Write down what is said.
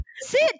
sit